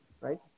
right